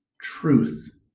truth